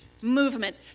movement